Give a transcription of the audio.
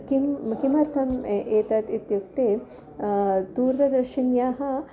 किं किमर्थम् ए एतत् इत्युक्ते दूरदर्शिन्याः